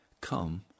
Come